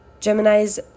Geminis